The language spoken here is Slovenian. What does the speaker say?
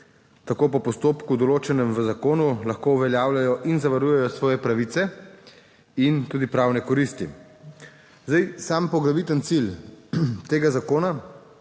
tako po postopku določenem v zakonu lahko uveljavljajo in zavarujejo svoje pravice in tudi pravne koristi. Zdaj sam poglaviten cilj tega zakona